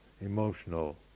emotional